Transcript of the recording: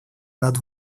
над